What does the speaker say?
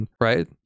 right